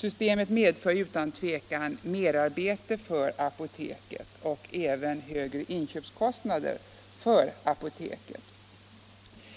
Systemet medför utan tvivel merarbete för både apoteket och ålderdomshemmet och även högre inköpskostnader för apoteket.